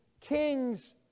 king's